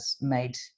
made